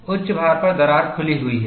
उच्च भार पर दरार खुली हुई है